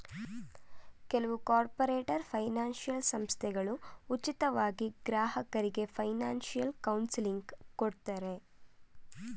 ಕೆಲವು corporate financial ಸಂಸ್ಥೆಗಳು ಉಚಿತವಾಗಿ ಗ್ರಾಹಕರಿಗೆ ಫೈನಾನ್ಸಿಯಲ್ ಕೌನ್ಸಿಲಿಂಗ್ ಕೊಡ್ತಾರೆ